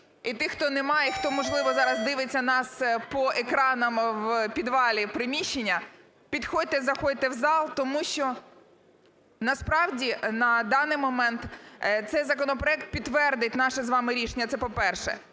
і тих, хто немає, і хто, можливо, зараз дивиться нас по екранам в підвалі приміщення, підходьте і заходьте в зал, тому що, насправді, на даний момент цей законопроект підтвердить наше з вами рішення, це по-перше.